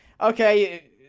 Okay